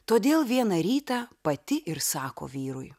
todėl vieną rytą pati ir sako vyrui